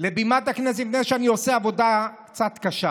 לבימת הכנסת לפני שאני עושה עבודה קצת קשה: